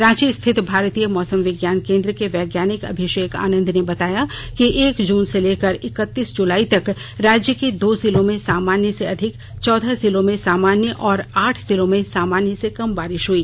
रांची स्थित भारतीय मौसम विज्ञान केंद्र के वैज्ञानिक अभिषेक आनंद ने बताया कि एक जून से लेकर इक्कतीस जुलाई तक राज्य के दो जिलों में सामान्य से अधिक चौदह जिलों में सामान्य और आठ जिलों में सामान्य से कम बारिश हुई